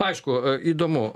aišku įdomu